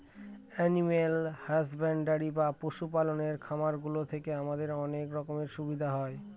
animal husbandry বা পশু পালনের খামার গুলো থেকে আমাদের অনেক রকমের সুবিধা হয়